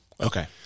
Okay